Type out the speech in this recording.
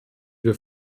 wir